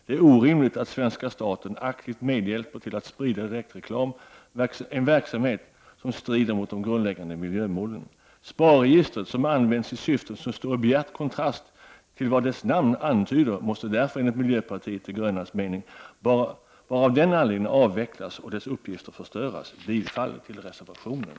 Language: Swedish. Det är orimligt att svenska staten aktivt hjälper till att sprida direktreklam — en verksamhet som strider mot de grundläggande miljömålen. SPAR-registret, som används i syften som står i bjärt kontrast till vad dess namn antyder, måste därför enligt miljöpartiet de grönas mening bara av den anledningen avvecklas och dess uppgifter förstöras. Jag yrkar bifall till reservationen.